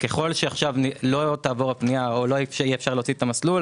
ככל שעכשיו לא תעבור הפנייה או לא יהיה אפשר להוציא את המסלול,